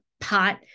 pot